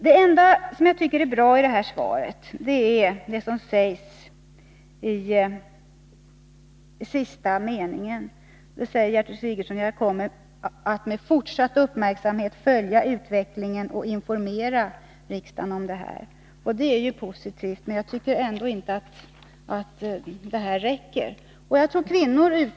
Det enda som jag tycker är bra i statsrådets svar är den sista meningen, där Gertrud Sigurdsen framhåller: ”Jag kommer att med fortsatt uppmärksamhet följa utvecklingen och informera riksdagen härom.” Det är ju positivt, men jag tycker ändå inte att det räcker.